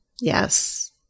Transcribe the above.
Yes